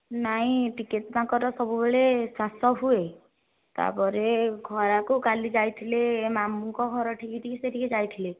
ନାଇଁ ଟିକେ ତାଙ୍କର ସବୁବେଳେ କାଶ ହୁଏ ତା'ପରେ ଖରାକୁ କାଲି ଯାଇଥିଲେ ମାମୁଁଙ୍କ ଘରଠିକି ସେ ଟିକିଏ ଯାଇଥିଲେ